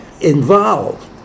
involved